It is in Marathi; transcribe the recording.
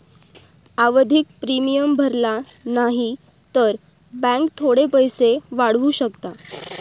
आवधिक प्रिमियम भरला न्हाई तर बॅन्क थोडे पैशे वाढवू शकता